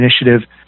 initiative